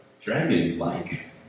dragon-like